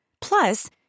Plus